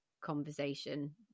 conversation